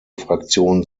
fraktion